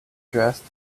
dressed